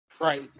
Right